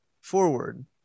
forward